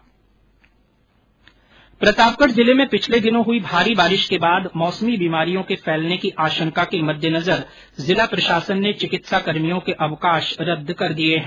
प्रतापगढ़ जिले में पिछले दिनों हुई भारी बारिश के बाद मौसमी बीमारियों के फैलने की आशंका के मद्देनजर जिला प्रशासन ने चिकित्साकर्मियों के अवकाश रद्द कर दिये हैं